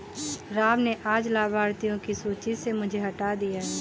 राम ने आज लाभार्थियों की सूची से मुझे हटा दिया है